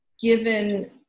given